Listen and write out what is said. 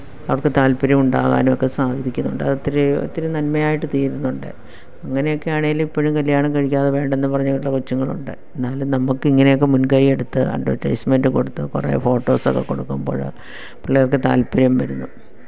അവര്ക്ക് താല്പ്പര്യം ഉണ്ടാകാനും ഒക്കെ സാധിക്കുന്നുണ്ട് അതൊത്തിരി ഒത്തിരി നന്മയായിട്ട് തീരുന്നുണ്ട് അങ്ങനെയൊക്കെ ആണേലും ഇപ്പോഴും കല്യാണം കഴിക്കാതെ വേണ്ടെന്ന് പറഞ്ഞുള്ള കൊച്ചുങ്ങളുണ്ട് എന്നാലും നമുക്കിങ്ങനെയൊക്കെ മുന്കൈ എടുത്ത് അട്വെര്ട്ടൈസ്മെന്റ് കൊടുത്തും കുറെ ഫോട്ടോസൊക്കെ കൊടുക്കുമ്പോൾ പിള്ളേര്ക്ക് താല്പ്പര്യം വരുന്നു